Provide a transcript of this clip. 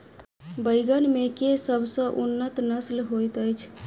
बैंगन मे केँ सबसँ उन्नत नस्ल होइत अछि?